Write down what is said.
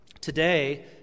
Today